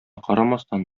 карамастан